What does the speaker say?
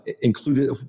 included